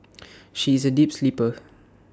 she is A deep sleeper